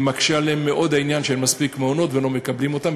מקשה עליהן מאוד העניין שאין מספיק מעונות ולא מקבלים אותן.